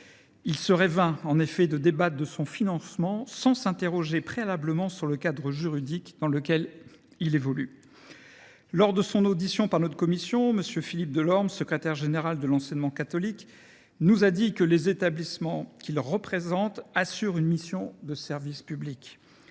Il serait vain de débattre de son financement sans s’interroger préalablement sur le cadre juridique dans lequel il évolue. Lors de son audition par notre commission, M. Philippe Delorme, secrétaire général de l’enseignement catholique, nous a dit que les établissements qu’il représente assurent une mission de service public.